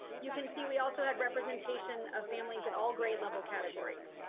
you can see we also had representation of families at all grade level categories.